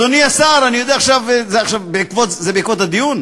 אדוני השר, זה עכשיו בעקבות הדיון?